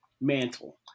mantle